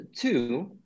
two